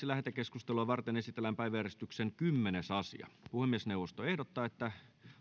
lähetekeskustelua varten esitellään päiväjärjestyksen kymmenes asia puhemiesneuvosto ehdottaa että